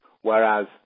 whereas